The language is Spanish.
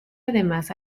además